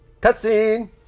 Cutscene